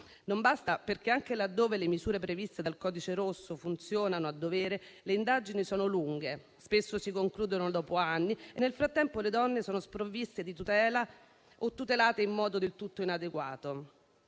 non basta, perché, anche laddove le misure ivi previste funzionano a dovere, le indagini sono lunghe, spesso si concludono dopo anni e, nel frattempo, le donne sono sprovviste di tutela o tutelate in modo del tutto inadeguato.